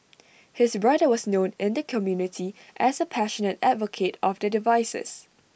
his brother was known in the community as A passionate advocate of the devices